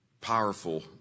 powerful